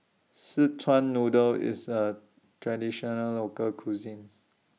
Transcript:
Szechuan Noodle IS A Traditional Local Cuisine